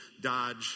Dodge